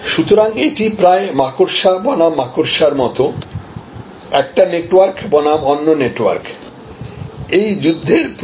সুতরাং এটি প্রায় মাকড়সা বনাম মাকড়সার মতো একটি নেটওয়ার্ক বনাম অন্য নেটওয়ার্ক এই যুদ্ধের প্রকৃতি